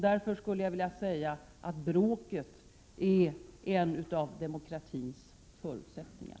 Därför skulle jag också vilja säga att bråket är en av demokratins förutsättningar.